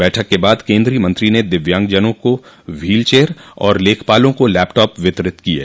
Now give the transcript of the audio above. बैठक के बाद केन्द्रीय मंत्री ने दिव्यांगजनों को व्हीलचेयर और लेखपालों को लैपटॉप वितरित किये